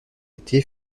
été